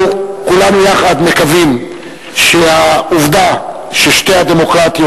כולנו יחד מקווים שהעובדה ששתי הדמוקרטיות